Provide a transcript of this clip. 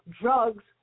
drugs